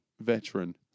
veteran